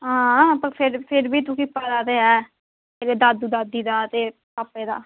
हां पर फिर फिर बी तुगी पता ते ऐ तेरे दादू दादी दा तेरे पापे दा